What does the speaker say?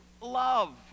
love